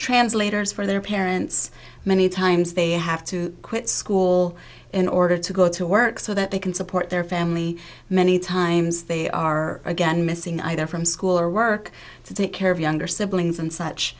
translators for their parents many times they have to quit school in order to go to work so that they can support their family many times they are again missing either from school or work to take care of younger siblings and such